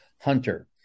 hunter